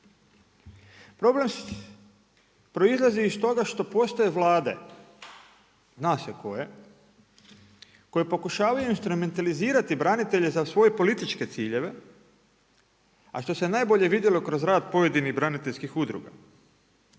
Problem proizlazi iz toga što postoje vlade, zna se koje, koje pokušavaju instrumentalizirati branitelje za svoje političke ciljeve, a što se najbolje vidjelo kroz rad pojedinih braniteljskih udruga.